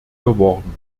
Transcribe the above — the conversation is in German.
geworden